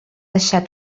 deixar